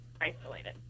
isolated